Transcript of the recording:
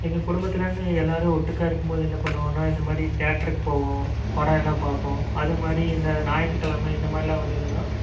எங்கள் குடும்பத்துலன்னு எல்லோரும் ஒட்டுக்க இருக்கும்போது என்ன பண்ணுவோன்னால் இந்தமாதிரி தியேட்டருக்கு போவோம் படம் எல்லாம் பார்ப்போம் அதுமாதிரி இந்த ஞாயித்துக்கிழம இந்தமாரிலாம் வந்ததுன்னா